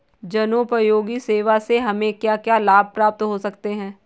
जनोपयोगी सेवा से हमें क्या क्या लाभ प्राप्त हो सकते हैं?